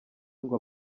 ngo